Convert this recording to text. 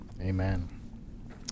Amen